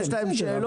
יש להם שאלות.